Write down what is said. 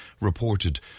reported